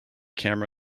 camera